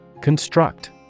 Construct